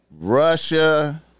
Russia